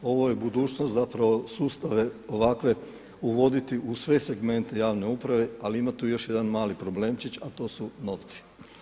Ovo je budućnost zapravo sustave ovakve uvoditi u sve segmente javne uprave, ali ima tu još jedan mali problemčić a to su novci.